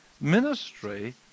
Ministry